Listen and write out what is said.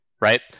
right